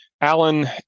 Alan